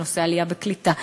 בנושא עלייה וקליטה,